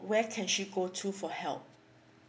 where can she go to for help